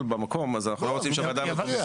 במקום אז אנחנו לא רוצים שהוועדה תפריע.